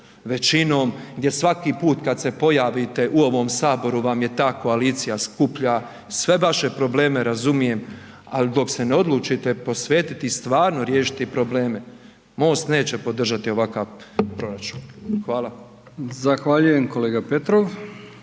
većinom gdje svaki put kad se pojavite u ovom Saboru vam je ta koalicija skuplja, sve vaše probleme razumijem, ali dok se ne odlučite posvetiti stvarno riješiti probleme, Most neće podržati ovakav proračun. Hvala.